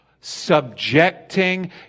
Subjecting